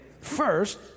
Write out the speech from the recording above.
First